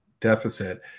deficit